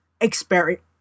experience